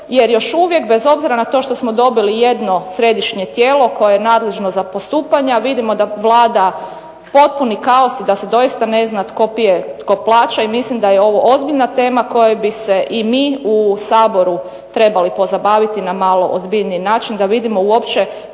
jer još uvijek bez obzira na to što smo dobili jedno središnje tijelo koje je nadležno za postupanje, a vidimo da Vlada potpuni kaos i da se doista ne zna tko pije, tko plaća i mislim da je ovo ozbiljna tema kojom bi se i mi u Saboru trebali pozabaviti na malo ozbiljniji način da vidimo uopće